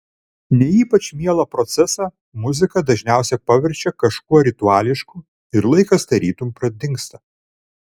ne ypač mielą procesą muzika dažniausiai paverčia kažkuo rituališku ir laikas tarytum pradingsta